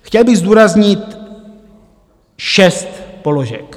Chtěl bych zdůraznit šest položek.